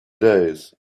days